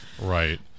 Right